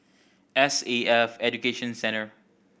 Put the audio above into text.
S A F Education Centre